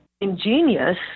ingenious